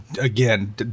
again